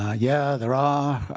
ah yeah, there are.